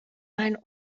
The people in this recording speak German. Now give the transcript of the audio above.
mein